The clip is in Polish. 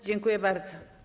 Dziękuję bardzo.